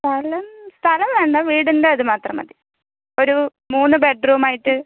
സ്ഥലം സ്ഥലം വേണ്ട വീടിൻ്റെ അത് മാത്രം മതി ഒരു മൂന്ന് ബെഡ്റൂം ആയിട്ട്